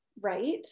right